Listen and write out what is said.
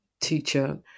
teacher